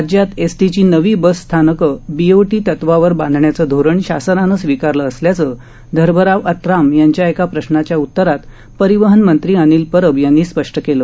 राज्यात एसटीची नवी बसस्थानकं बीओटी तत्वावर बांधण्याचं धोरण शासनानं स्वीकारलं असल्याचं धर्मराव अत्राम यांच्या एका प्रश्नाच्या उतरात परिवहन मंत्री अनिल परब यांनी स्पष्ट केलं